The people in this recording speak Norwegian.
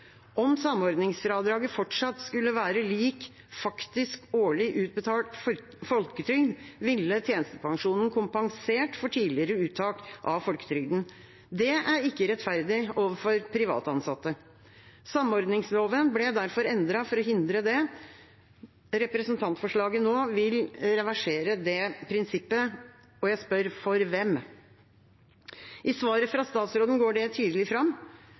Om samordningsfradraget fortsatt skulle vært lik faktisk årlig utbetalt folketrygd, ville tjenestepensjonen kompensert for tidligere uttak av folketrygd. Det er ikke rettferdig overfor privat ansatte. Samordningsloven ble derfor endret for å hindre det. Representantforslaget vil reversere dette prinsippet, og jeg spør: For hvem? I svaret fra statsråden går det tydelig fram: